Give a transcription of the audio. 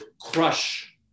crush